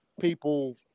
people